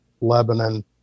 Lebanon